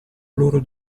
loro